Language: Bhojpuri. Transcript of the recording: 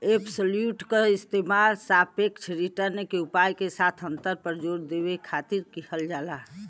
एब्सोल्यूट क इस्तेमाल सापेक्ष रिटर्न के उपाय के साथ अंतर पर जोर देवे खातिर किहल जाला